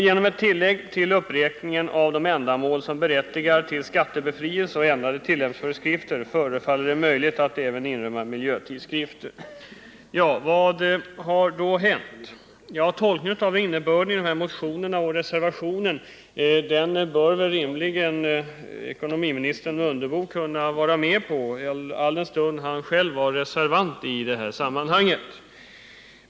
Genom ett tillägg till uppräkningen av de ändamål som berättigar till skattebefrielse och ändrade tillämpningsföreskrifter förefaller det möjligt att även inrymma miljötidskrifter.” Vad har då skett? Ekonomiministern bör rimligen kunna vara med på tolkningen av innebörden i motionerna och reservationerna — alldenstund han själv var reservant i sammanhanget.